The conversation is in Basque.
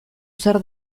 zer